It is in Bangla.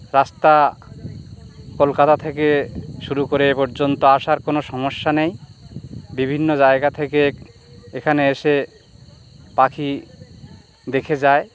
রাস্তা কলকাতা থেকে শুরু করে এ পর্যন্ত আসার কোনো সমস্যা নেই বিভিন্ন জায়গা থেকে এখানে এসে পাখি দেখে যায়